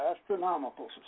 Astronomical